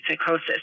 psychosis